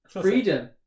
freedom